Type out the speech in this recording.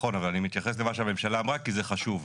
אבל אני מתייחס למה שהממשלה אמרה כי זה חשוב.